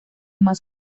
más